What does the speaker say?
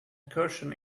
recursion